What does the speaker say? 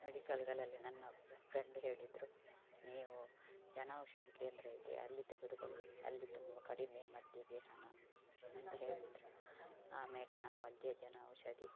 ಮೆಡಿಕಲ್ಗಳಲ್ಲಿ ನನ್ನ ಒಬ್ರು ಫ್ರೆಂಡ್ ಹೇಳಿದರು ನೀವು ಜನೌಷಧಿ ಕೇಂದ್ರ ಇದೆ ಅಲ್ಲಿ ತೆಗೆದುಕೊಳ್ಳಿ ಅಲ್ಲಿ ತುಂಬ ಕಡಿಮೆ ಮದ್ದಿಗೆ ಹಣ ಅಂತ ಹೇಳಿದರು ಆಮೇಲೆ ನಾವು ಅಲ್ಲಿಯ ಜನೌಷಧಿ